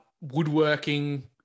woodworking